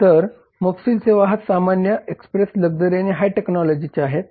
तर मोफसील सेवा ह्या सामान्य एक्सप्रेस लक्झरी आणि हाय टेक्नॉलॉजीच्या आहेत